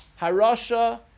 HaRasha